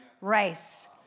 race